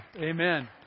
Amen